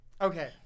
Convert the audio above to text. Okay